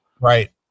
Right